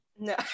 No